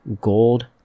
gold